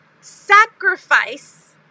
sacrifice